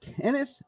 Kenneth